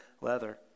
leather